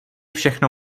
všechno